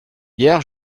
hier